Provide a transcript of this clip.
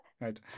Right